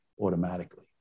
automatically